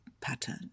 pattern